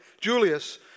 Julius